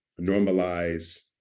normalize